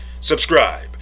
subscribe